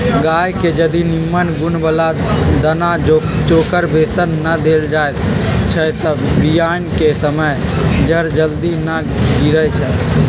गाय के जदी निम्मन गुण बला दना चोकर बेसन न देल जाइ छइ तऽ बियान कें समय जर जल्दी न गिरइ छइ